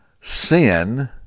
sin